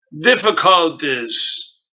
difficulties